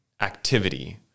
activity